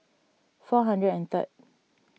four hundred and third